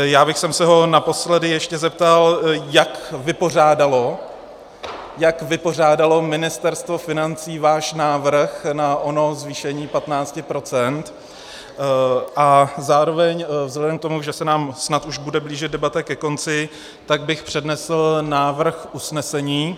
Já bych se ho naposledy ještě zeptal, jak vypořádalo Ministerstvo financí váš návrh na ono zvýšení 15 %, a zároveň vzhledem k tomu, že se nám snad už bude blížit debata ke konci, tak bych přednesl návrh usnesení.